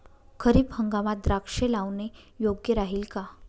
खरीप हंगामात द्राक्षे लावणे योग्य राहिल का?